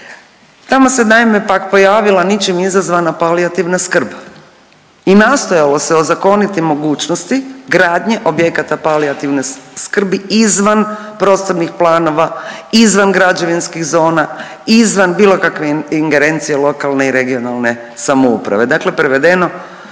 tamo se naime pak pojavila ničim izazvana palijativna skrb i nastojalo se ozakoniti mogućnosti gradnje objekata palijativne skrbi izvan prostornih planova, izvan građevinskih zona, izvan bilo kakve ingerencije lokalne i regionalne samouprave, dakle prevedeno